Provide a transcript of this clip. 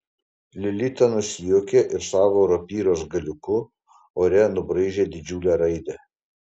lilita nusijuokė ir savo rapyros galiuku ore nubraižė didžiulę raidę